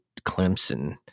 Clemson